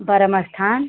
बरम स्थान